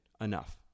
enough